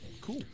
Cool